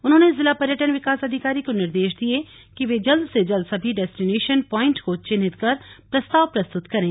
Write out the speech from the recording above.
उन्होंने जिला पर्यटन विकास अधिकारी को निर्देश दिये कि वे जल्द से जल्द सभी डेस्टिनेशन प्वाइट को चिन्हित कर प्रस्ताव प्रस्तुत करें